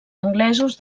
anglesos